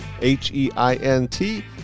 h-e-i-n-t